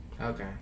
Okay